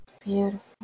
Beautiful